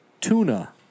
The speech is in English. Tuna